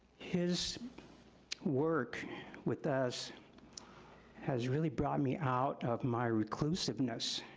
his work with us has really brought me out of my reclusiveness